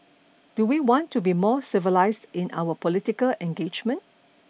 do we want to be more civilised in our political engagement